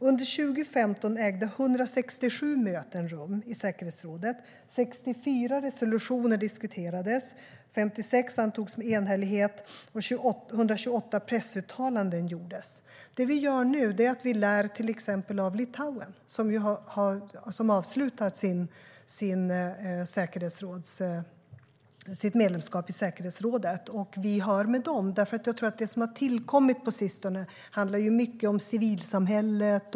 Under 2015 ägde 167 möten rum i säkerhetsrådet. 64 resolutioner diskuterades. 56 antogs med enhällighet. Och 128 pressuttalanden gjordes. Det vi gör nu är att vi lär av till exempel Litauen, som nu har avslutat sitt medlemskap i säkerhetsrådet. Vi hör med dem. Det som har tillkommit på sistone handlar mycket om civilsamhället.